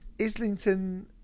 Islington